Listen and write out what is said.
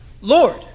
Lord